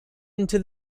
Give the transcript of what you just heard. into